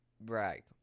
brag